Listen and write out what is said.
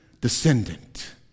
descendant